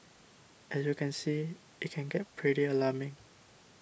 as you can see it can get pretty alarming